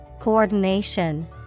Coordination